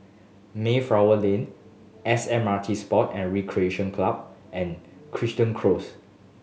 Mayflower Lane S M R T Sports and Recreation Club and Crichton Close